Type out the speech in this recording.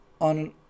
on